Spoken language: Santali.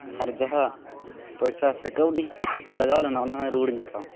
ᱟᱨ ᱡᱟᱦᱟᱸ ᱯᱚᱭᱥᱟ ᱥᱮ ᱠᱟᱹᱣᱰᱤ ᱞᱟᱜᱟᱣ ᱞᱮᱱᱟ ᱚᱱᱟ ᱦᱚᱸ ᱨᱩᱣᱟᱹᱲᱤᱧ ᱦᱟᱛᱟᱣᱟ